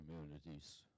communities